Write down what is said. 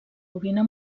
bobina